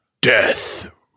Death